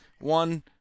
One